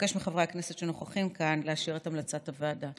אבקש מחברי הכנסת שנוכחים כאן לאשר את המלצת הוועדה.